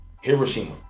Hiroshima